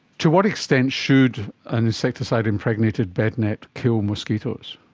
to what extent should an insecticide impregnated bed net kill mosquitoes?